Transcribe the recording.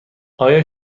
آیا